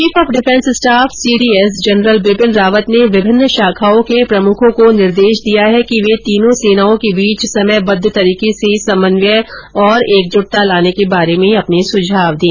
chief of defence staff CDS general Bipin Rawat ने विभिन्न शाखाओं के प्रमुखों को निर्देश दिया है कि वे तीनों सेनाओं के बीच समयबद्ध तरीके से समन्वय और एकजुटता लाने के बारे में अपने सुझाव दें